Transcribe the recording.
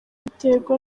biterwa